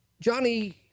Johnny